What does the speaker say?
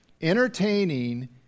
Entertaining